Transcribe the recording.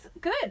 good